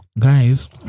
guys